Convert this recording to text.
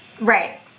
Right